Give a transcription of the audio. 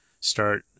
start